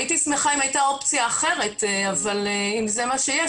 הייתי שמחה אם הייתה אופציה אחרת אבל אם זה מה שיש,